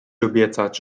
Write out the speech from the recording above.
obiecać